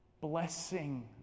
Blessing